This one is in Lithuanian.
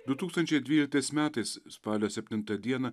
du tūkstančiai dvyliktais metais spalio septintą dieną